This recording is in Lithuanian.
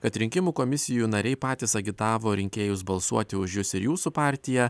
kad rinkimų komisijų nariai patys agitavo rinkėjus balsuoti už jus ir jūsų partiją